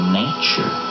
nature